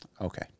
Okay